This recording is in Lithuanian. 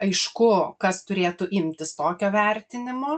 aišku kas turėtų imtis tokio vertinimo